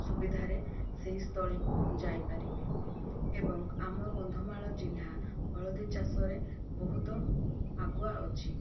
ସୁବିଧାରେ ସେହି ସ୍ଥଳିକୁ ଯାଇପାରିବେ ଏବଂ ଆମ କନ୍ଧମାଳ ଜିଲ୍ଲା ହଳଦୀ ଚାଷରେ ବହୁତ ଆଗୁଆ ଅଛି